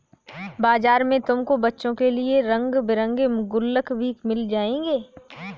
बाजार में तुमको बच्चों के लिए रंग बिरंगे गुल्लक भी मिल जाएंगे